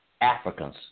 Africans